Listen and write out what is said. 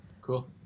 Cool